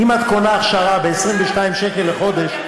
אם את קונה שר"פ ב-22 שקל לחודש,